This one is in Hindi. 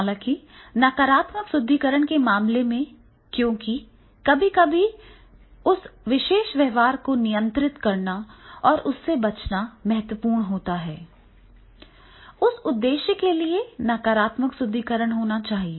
हालांकि नकारात्मक सुदृढीकरण के मामले में क्योंकि कभी कभी उस विशेष व्यवहार को नियंत्रित करना और उससे बचना महत्वपूर्ण होता है उस उद्देश्य के लिए नकारात्मक सुदृढीकरण होना चाहिए